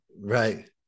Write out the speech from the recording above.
Right